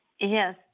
Yes